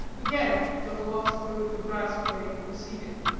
again the philosopher with the brass-plate proceeded